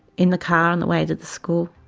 in the car on the way to the school.